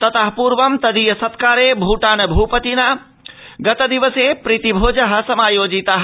ततः पूर्व ं तदीय सत्कारे भूटान भूपतिना गतदिवसे प्रीतिभोजः समायोजितः